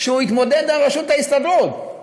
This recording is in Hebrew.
שהוא יתמודד לראשות ההסתדרות,